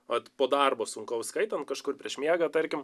vat po darbo sunkaus skaitom kažkur prieš miegą tarkim